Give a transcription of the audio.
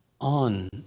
on